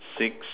six